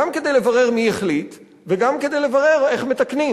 גם כדי לברר מי החליט וגם כדי לברר איך מתקנים.